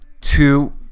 Two